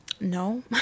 No